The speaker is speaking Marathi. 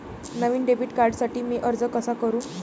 नवीन डेबिट कार्डसाठी मी अर्ज कसा करू?